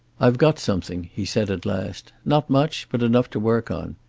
i've got something, he said at last. not much, but enough to work on.